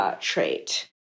trait